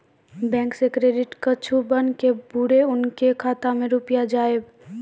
Bank से credit कद्दू बन के बुरे उनके खाता मे रुपिया जाएब?